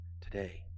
today